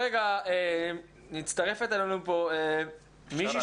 מצטרפת אלינו מישהי